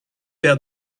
père